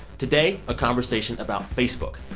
today, a conversation about facebook.